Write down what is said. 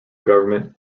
government